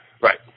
Right